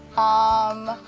um,